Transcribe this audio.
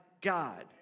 God